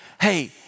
Hey